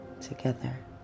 together